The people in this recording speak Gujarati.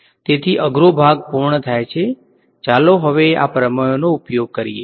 તેથી અઘરો ભાગ પૂર્ણ થાય છે ચાલો હવે આ પ્રમેયોનો ઉપયોગ કરીએ